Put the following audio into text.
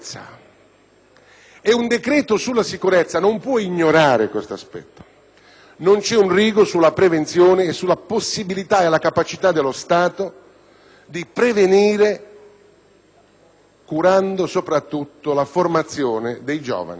e un decreto sulla sicurezza non può ignorare questo aspetto. Ripeto, non c'è un rigo sulla prevenzione e sulla possibilità e la capacità dello Stato di prevenire, soprattutto curando la formazione dei giovani.